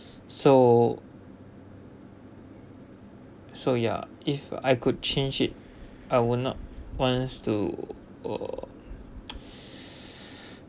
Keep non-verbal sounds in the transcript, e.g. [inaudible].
so so ya if I could change it I would not wants to uh [breath]